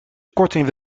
korting